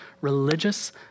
religious